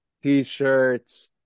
T-shirts